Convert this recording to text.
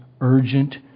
urgent